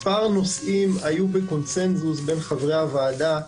היו מספר נושאים בקונצנזוס בין חברי הוועדה,